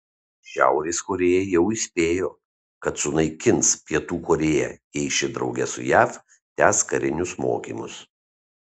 šiaurės korėja jau įspėjo kad sunaikins pietų korėją jei ši drauge su jav tęs karinius mokymus